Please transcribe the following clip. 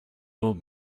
will